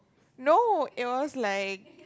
no it was like